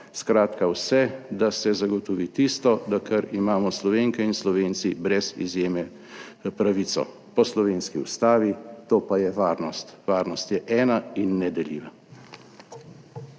skratka vse, da se zagotovi tisto, da kar imamo Slovenke in Slovenci brez izjeme pravico, po slovenski Ustavi, to pa je varnost. Varnost je ena in nedeljiva.